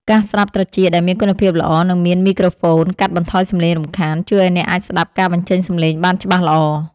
កាសស្ដាប់ត្រចៀកដែលមានគុណភាពល្អ និងមានមីក្រូហ្វូនកាត់បន្ថយសម្លេងរំខាន ជួយឱ្យអ្នកអាចស្ដាប់ការបញ្ចេញសម្លេងបានច្បាស់ល្អ។